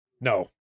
No